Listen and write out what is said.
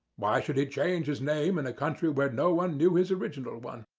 why should he change his name in a country where no one knew his original one?